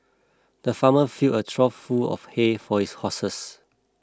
the farmer filled a trough full of hay for his horses